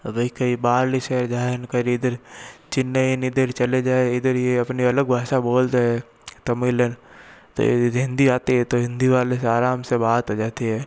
अब कई शहर जाएँ इधर चेन्नई इधर चलें जाएँ इधर ये अपनी अलग भाषा बोलते हैं तमिलन हिंदी आती है तो हिंदी वाले से आराम से बात हो जाती है